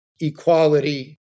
equality